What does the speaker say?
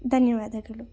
ಧನ್ಯವಾದಗಳು